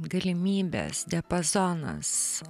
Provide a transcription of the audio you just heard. galimybės diapazonas